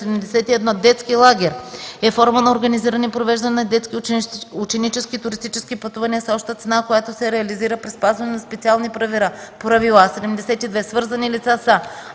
71. „Детски лагер” е форма на организиране и провеждане на детски и ученически туристически пътувания с обща цена, която се реализира при спазване на специални правила. 72. „Свързани лица” са: